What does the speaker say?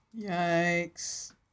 Yikes